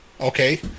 Okay